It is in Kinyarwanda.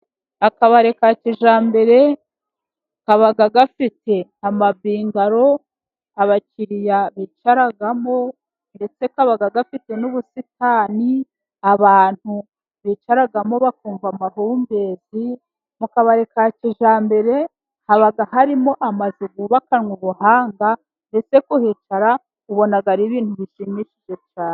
Akabari ka kijyambere, kaba gafite amabingaro abakiriya bicaramo, ndetse kaba gafite n'ubusitani abantu bicaramo bakumva amahumbezi. Mu kabari ka kijyambere, haba harimo amazu yubakanwe ubuhanga, ndetse kuhicara ubona ari ibintu bishimishije cyane.